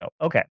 Okay